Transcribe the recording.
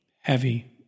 Heavy